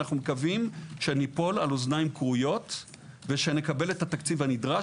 אנחנו מקווים שניפול על אוזניים כרויות ושנקבל את התקציב הנדרש.